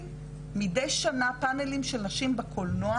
פאנלים לקולנוע.